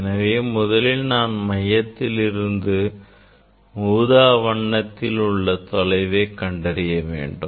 எனவே முதலில் நான் மையத்திலிருந்து ஊதா நிற வண்ணத்தில் உள்ள தொலைவை கண்டறிய வேண்டும்